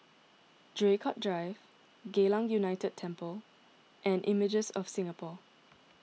Draycott Drive Geylang United Temple and Images of Singapore